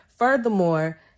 Furthermore